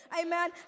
Amen